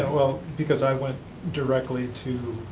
well, because i went directly to